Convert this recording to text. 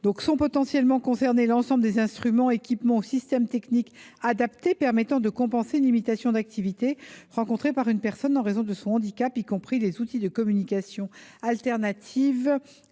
Sont potentiellement concernés l’ensemble des instruments, équipements ou systèmes techniques adaptés permettant de compenser une limitation d’activité rencontrée par une personne en raison de son handicap, y compris les outils de communication alternative